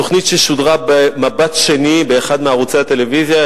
תוכנית ששודרה ב"מבט שני" באחד מערוצי הטלוויזיה,